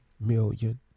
million